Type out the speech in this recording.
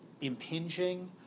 impinging